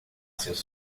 seus